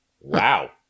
Wow